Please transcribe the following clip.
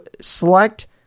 select